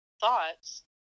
thoughts